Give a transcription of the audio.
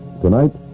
Tonight